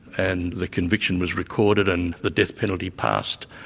and the conviction was recorded and the death penalty passed,